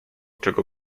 czego